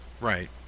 Right